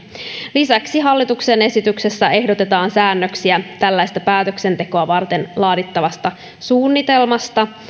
lisäksi hallituksen esityksessä ehdotetaan säännöksiä tällaista päätöksentekoa varten laadittavasta suunnitelmasta